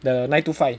the nine two five